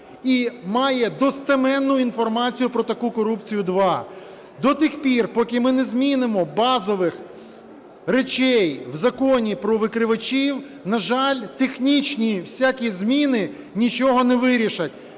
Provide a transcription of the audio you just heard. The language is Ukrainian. і має достеменну інформацію про таку корупцію – два. До тих пір, поки ми не змінимо базових речей в Законі про викривачів, на жаль, технічні всякі зміни нічого не вирішать.